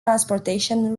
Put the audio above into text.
transportation